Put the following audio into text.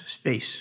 space